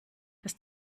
das